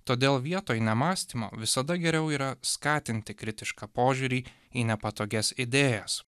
todėl vietoj nemąstymo visada geriau yra skatinti kritišką požiūrį į nepatogias idėjas